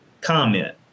comment